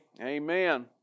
Amen